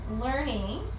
learning